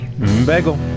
Bagel